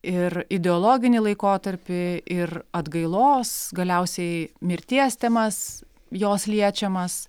ir ideologinį laikotarpį ir atgailos galiausiai mirties temas jos liečiamas